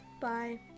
Bye